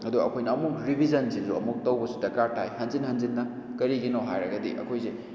ꯑꯗꯨ ꯑꯩꯈꯣꯏꯅ ꯑꯃꯨꯛ ꯔꯤꯕꯤꯖꯟꯁꯤꯁꯨ ꯑꯃꯨꯛ ꯇꯧꯕꯁꯨ ꯗꯔꯀꯥꯔ ꯇꯥꯏ ꯍꯟꯖꯤꯟ ꯖꯟꯖꯤꯟꯅ ꯀꯔꯤꯒꯤꯅꯣ ꯍꯥꯏꯔꯒꯗꯤ ꯑꯩꯈꯣꯏꯁꯦ